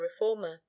reformer